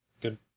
good